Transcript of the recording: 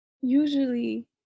Usually